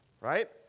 Right